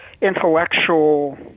intellectual